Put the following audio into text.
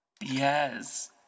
yes